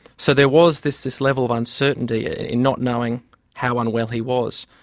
so there was this this level of uncertainty ah in not knowing how unwell he was,